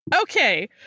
Okay